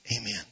amen